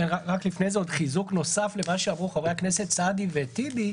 לפני זה רק חיזוק נוסף למה שאמרו חברי הכנסת סעדי וטיבי.